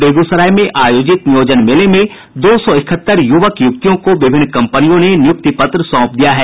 बेगूसराय में आयोजित नियोजन मेले में दो सौ इकहत्तर युवक युवतियों को विभिन्न कंपनियों ने नियुक्ति पत्र सौंप दिया है